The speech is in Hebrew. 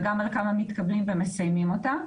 וגם על כמה מתקבלים ומסיימים אותה,